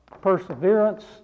perseverance